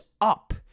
up